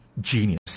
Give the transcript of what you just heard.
Genius